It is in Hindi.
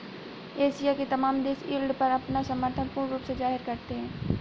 एशिया के तमाम देश यील्ड पर अपना समर्थन पूर्ण रूप से जाहिर करते हैं